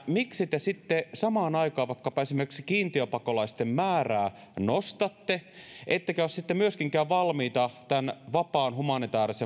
miksi te sitten vaikkapa esimerkiksi kiintiöpakolaisten määrää nostatte ettekä ole myöskään valmiita suitsimaan tätä vapaata humanitaarista